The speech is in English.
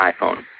iPhone